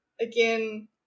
again